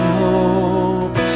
hope